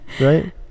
right